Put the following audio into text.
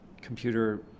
computer